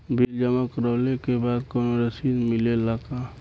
Bill जमा करवले के बाद कौनो रसिद मिले ला का?